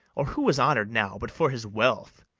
or who is honour'd now but for his wealth?